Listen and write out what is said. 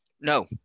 No